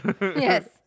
Yes